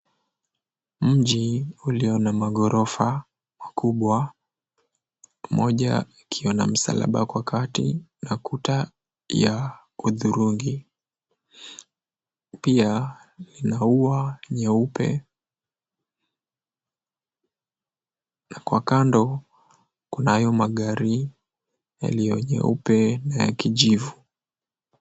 Mji ulio na maghorofa makubwa, moja ukiwa na msalaba kwa kati na kuta ya hudhurungi. Pia lina ua nyeupe na kwa kando kunayo magari yaliyo nyeupe na ya kijivu.